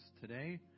today